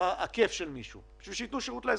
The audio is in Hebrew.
הכיף של מישהו אלא בשביל שיתנו שירות לאזרחים.